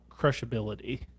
crushability